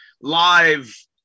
live